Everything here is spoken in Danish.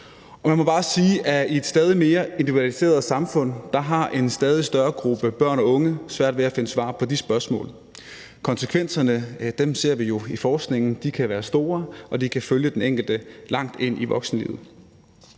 Man må bare sige, at i et stadig mere individualiseret samfund har en stadig større gruppe børn og unge svært ved at finde svar på de spørgsmål. Konsekvenserne ser vi jo i forskningen, de kan være store, og de kan følge den enkelte langt ind i voksenlivet.